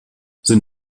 sind